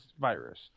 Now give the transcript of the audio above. virus